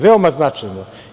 Veoma značajno.